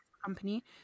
company